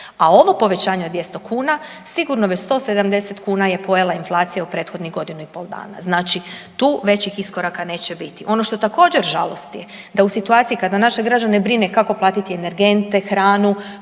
a ovo povećanje od 200 kuna sigurno već 170 je pojela inflacija u prethodnih godinu i pol dana. Znači tu većih iskoraka neće biti. Ono što također žalosti da u situaciji kada naše građane brine kako platiti energente, hranu